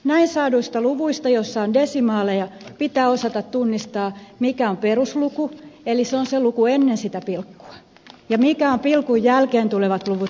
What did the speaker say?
näin saaduista luvuista joissa on desimaaleja pitää osata tunnistaa mikä on perusluku eli se on se luku ennen pilkkua ja ne mitkä ovat pilkun jälkeen tulevat luvut ovat desimaaleja